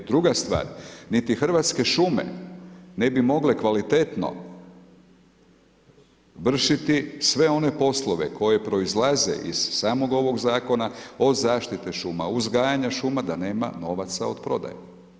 Druga stvar, niti Hrvatske šume ne bi mogle kvalitetno vršiti sve one poslove koji proizlaze iz samog ovog Zakona od zaštite šuma, uzgajanja šuma, da nema novaca od prodaje.